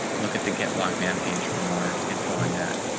look at the get locked man page for more info on that.